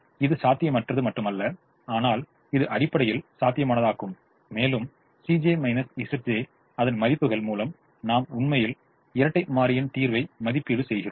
இது சாத்தியமற்றது மட்டுமல்ல ஆனால் இது அடிப்படையில் சாத்தியமானதாக்கும் மேலும் அதன் மதிப்புகள் மூலம் நாம் உண்மையில் இரட்டை மாறியின் தீர்வை மதிப்பீடு செய்கிறோம்